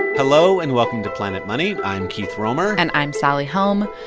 hello, and welcome to planet money. i'm keith romer and i'm sally helm.